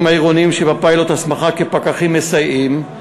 העירוניים שבפיילוט הסמכה כפקחים מסייעים,